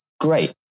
Great